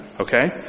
okay